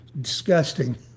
Disgusting